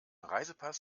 reisepass